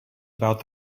about